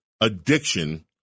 addiction